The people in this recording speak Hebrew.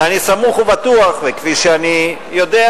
ואני סמוך ובטוח וכפי שאני יודע,